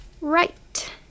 Right